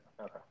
okay